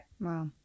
Wow